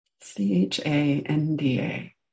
C-H-A-N-D-A